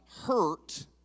hurt